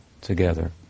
together